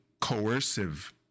coercive